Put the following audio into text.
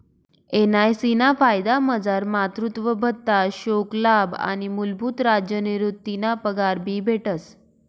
NIC ना फायदामझार मातृत्व भत्ता, शोकलाभ आणि मूलभूत राज्य निवृतीना पगार भी भेटस